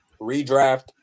redraft